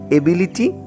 ability